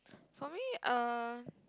for me uh